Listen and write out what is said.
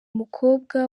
mukobwa